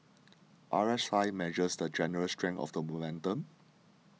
R S I measures the general strength of the momentum